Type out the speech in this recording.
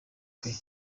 kwe